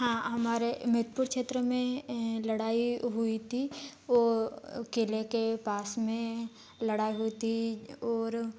हाँ हमारे मेदपुर क्षेत्र में लड़ाई हुई थी और किले के पास में लड़ाई हुई थी और